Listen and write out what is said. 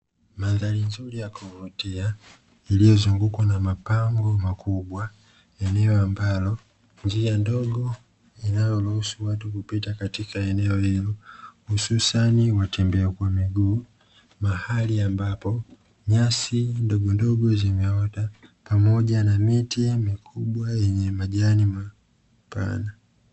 Mandhari nzuri ya kuvutia iliyozungukwa na mapango makubwa eneo ambalo njia ndogo inayoruhusu watu kupita katika eneo hilo, hususani watembea kwa miguu mahali ambapo nyasi ndogondogo zimeota pamoja na miti mikubwa yenye majani mapana.